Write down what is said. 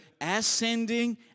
ascending